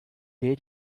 day